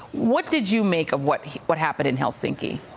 what did you make of what what happened in helsinki?